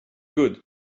good